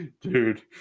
Dude